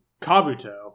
Kabuto